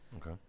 Okay